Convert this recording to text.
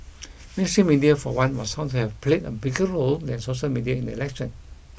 mainstream media for one was found have played a bigger role than social media in the election